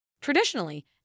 Traditionally